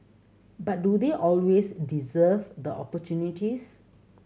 but do they always deserve the opportunities